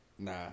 Nah